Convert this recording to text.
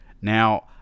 Now